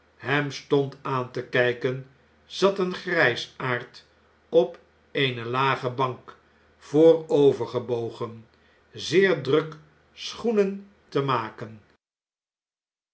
hem stond aan te kijken zat een grijsaard op eene lage bank voorovergebogen zeer druk schoenen te maken